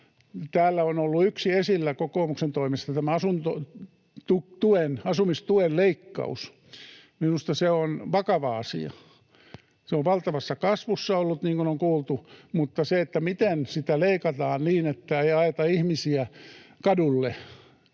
Täällä on ollut yksi esillä kokoomuksen toimesta, tämä asumistuen leikkaus. Minusta se on vakava asia. Se on valtavassa kasvussa ollut, niin kuin on kuultu, mutta se, miten sitä leikataan niin, että ei ajeta ihmisiä kadulle,